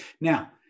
Now